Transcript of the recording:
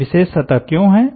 ये विशेष सतह क्यों हैं